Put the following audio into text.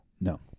No